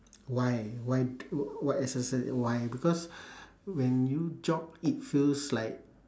why why to what exercise why because when you jog it feels like